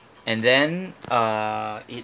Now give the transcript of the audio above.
and then uh it